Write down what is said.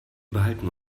behalten